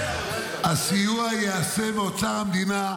הסיוע ייעשה מאוצר המדינה,